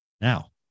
Now